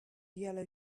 yellow